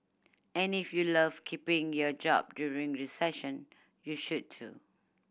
and if you love keeping your job during recession you should too